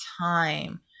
time